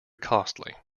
costly